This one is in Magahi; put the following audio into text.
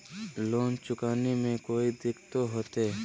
लोन चुकाने में कोई दिक्कतों होते?